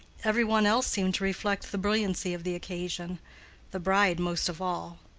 every one else seemed to reflect the brilliancy of the occasion the bride most of all.